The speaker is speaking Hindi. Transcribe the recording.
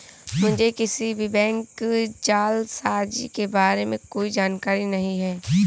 मुझें किसी भी बैंक जालसाजी के बारें में कोई जानकारी नहीं है